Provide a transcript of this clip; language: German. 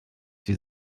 die